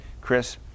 Chris